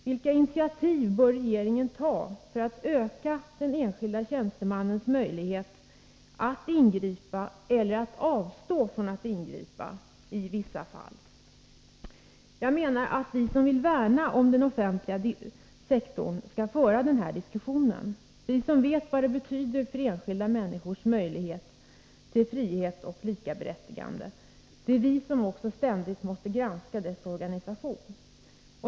Vilka initiativ bör regeringen ta för att öka den enskilda tjänstemannens möjlighet att ingripa eller att avstå från att ingripa i vissa fall? Jag menar att vi som vill värna om den offentliga sektorn skall föra den här diskussionen. Det är vi som vet vad den betyder för enskilda människors möjlighet till frihet och likaberättigande som ständigt måste granska dess organisation.